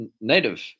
native